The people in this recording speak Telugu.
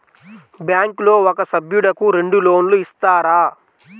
బ్యాంకులో ఒక సభ్యుడకు రెండు లోన్లు ఇస్తారా?